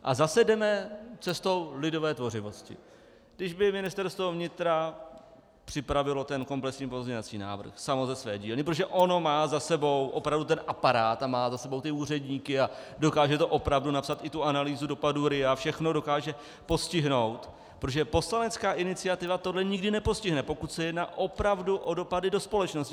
A zase jdeme cestou lidové tvořivosti, když by Ministerstvo vnitra připravilo ten komplexní pozměňovací návrh samo ze své dílny, protože ono má za sebou opravdu ten aparát a má za sebou ty úředníky a dokáže to opravdu napsat, i tu analýzu dopadu RIA, všechno dokáže postihnout, protože poslanecká iniciativa tohle nikdy nepostihne, pokud se jedná opravdu o dopady do společnosti.